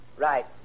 Right